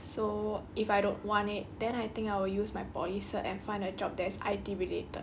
so if I don't want it then I think I will use my poly cert and find a job that is I_T related